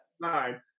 nine